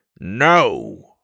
No